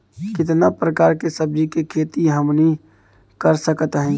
कितना प्रकार के सब्जी के खेती हमनी कर सकत हई?